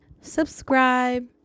subscribe